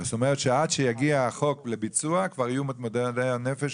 זאת אומרת, שעד שיגיע החוק לביצוע, מתמודדי הנפש